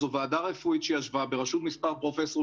זו ועדה רפואית שישבה בראשות מספר פרופסורים